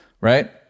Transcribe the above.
Right